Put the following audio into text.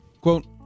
Quote